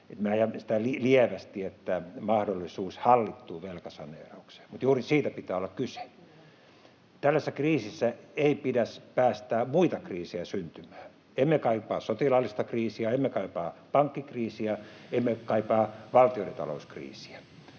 äsken sitä lievästi — ”mahdollisuus hallittuun velkasaneeraukseen” — mutta juuri siitä pitää olla kyse. Tällaisessa kriisissä ei pidä päästää muita kriisejä syntymään. Emme kaipaa sotilaallista kriisiä, emme kaipaa pankkikriisiä, emme kaipaa valtioiden talouskriisiä.